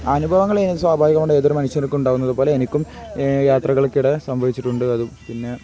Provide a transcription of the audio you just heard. അനുഭവങ്ങള് സ്വാഭാവികമായിട്ടും ഏതൊരു മനുഷ്യർക്കും ഉണ്ടാകുന്നതു പോലെ എനിക്കും യാത്രകൾക്കിടെ സംഭവിച്ചിട്ടുണ്ട് അതും പിന്നെ